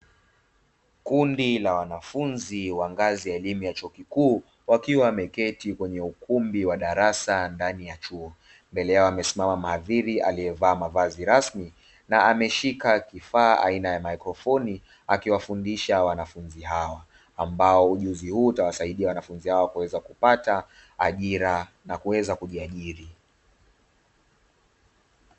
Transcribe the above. Kundi la wanafunzi wa ngazi ya elimu ya chuo kikuu wakiwa wameketi kwenye ukumbi wa darasa ndani ya chuo, mbele yao amesimama maadhiri aliyevaa mavazi rasmi, na ameshika kifaa aina ya mikrofoni akiwafundisha wanafunzi hao, ambao ujuzi huu utawasaidia wanafunzi hao kuweza kupata ajira na kuweza kujiajiri.